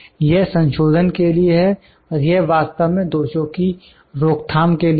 यह संशोधन के लिए है और यह वास्तव में दोषों की रोकथाम के लिए है